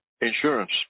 insurance